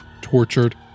tortured